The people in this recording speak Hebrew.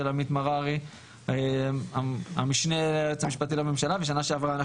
עמית מררי המשנה ליועץ המשפטי לממשלה בשנה שעברה.